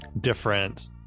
different